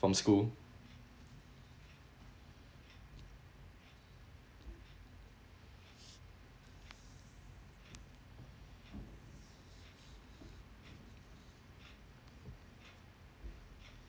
from school